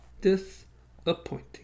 Disappointing